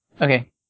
Okay